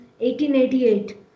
1888